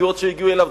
מידיעות שהגיעו אליו,